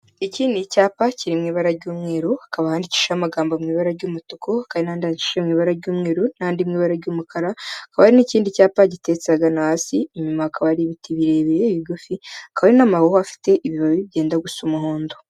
Iki ni icyapa kiri mu ibara ry'umweru, hakaba handikishijeho amagambo mu ibara ry'umutuku, hakaba n'andi yandikishije mu ibara ry'umweru, n'andi mu ibara ry'umukara, hakaba hari n'ikindi cyapa giteretse ahagana hasi, inyuma hakaba hari ibiti birebire, ibigufi hakaba hari n'amawuwa afite ibibabi byenda gusa umuhondo.